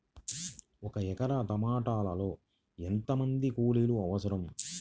ఒక ఎకరా టమాటలో మొత్తం ఎంత మంది కూలీలు అవసరం?